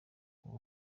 uyu